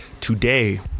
Today